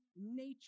nature